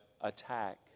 attack